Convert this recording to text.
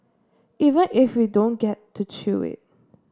even if we don't get to chew it